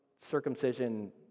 circumcision